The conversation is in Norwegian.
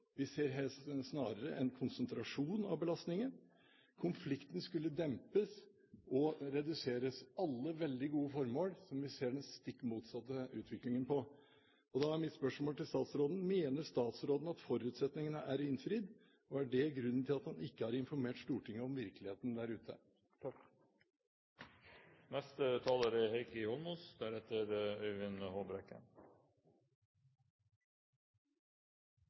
Vi ser snarere en konsentrasjon av belastningen. Konfliktene skulle dempes og reduseres. – Alle veldig gode formål, som vi ser den stikk motsatte utviklingen på. Da er mitt spørsmål til statsråden: Mener statsråden at forutsetningene er innfridd, og er det grunnen til at han ikke har informert Stortinget om virkeligheten der ute?